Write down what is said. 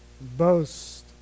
boast